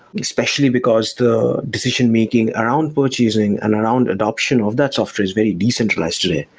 especially because the decision-making around purchasing and around adoption of that software is very decentralized today.